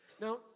Now